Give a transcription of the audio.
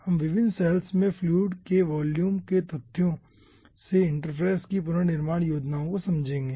हम विभिन्न सैल्स में फ्लूइड के वॉल्यूम के तथ्यों से इंटरफ़ेस की पुनर्निर्माण योजनाओं को समझेंगे